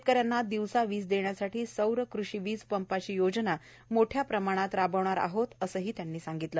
शेतकऱ्यांना दिवसा वीज देण्यासाठी सौर कृषी वीज पंपाची योजना मोठ्या प्रमाणात राबवणार आहोत असेही त्यांनी सांगितले